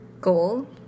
goal